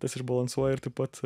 tas išbalansuoja ir taip pat